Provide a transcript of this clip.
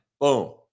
Boom